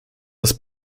das